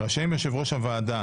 רשאים יושב ראש הוועדה,